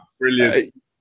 Brilliant